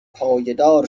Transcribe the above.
پایدار